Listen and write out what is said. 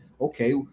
okay